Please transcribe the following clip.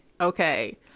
okay